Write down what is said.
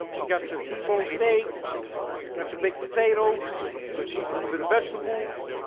you got your t-bone steak got your baked potato a little bit of vegetables